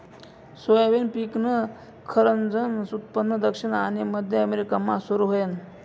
soybean पिकनं खरंजनं उत्पन्न दक्षिण आनी मध्य अमेरिकामा सुरू व्हयनं